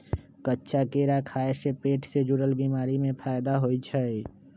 कच्चा केरा खाय से पेट से जुरल बीमारी में फायदा होई छई